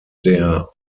der